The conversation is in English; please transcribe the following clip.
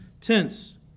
tense